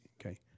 Okay